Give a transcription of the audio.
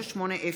4975,